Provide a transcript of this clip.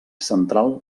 central